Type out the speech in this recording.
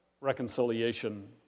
reconciliation